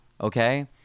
Okay